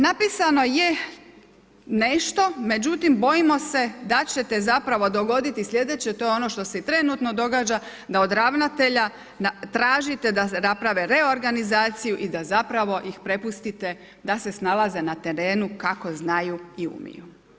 Napisano je nešto, međutim, bojimo se da će se zapravo dogoditi sljedeće, a to je ono što se i trenutno događa da od ravnatelja tražite da naprave reorganizaciju i da zapravo ih prepustite da se snalaze na terenu kako znaju i umiju.